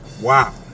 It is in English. wow